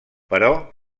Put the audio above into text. però